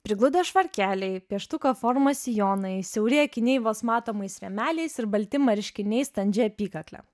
prigludę švarkeliai pieštuko formos sijonai siauri akiniai vos matomais rėmeliais ir balti marškiniai standžia apykakle